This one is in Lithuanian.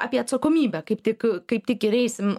apie atsakomybę kaip tik kaip tik ir eisim